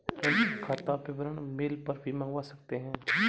ऋण खाता विवरण मेल पर भी मंगवा सकते है